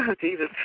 Jesus